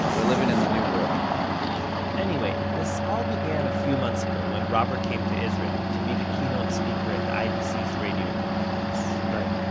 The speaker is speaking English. we're living in the new world anyway, this all began a few months ago robert came to israel, to be the keynote speaker at the idc's radio conference right,